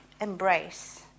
embrace